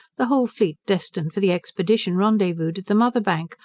the whole fleet destined for the expedition rendezvoused at the mother bank,